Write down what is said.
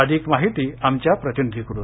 अधिक माहिती आमच्या प्रतिनिधीकडून